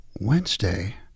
Wednesday